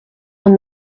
and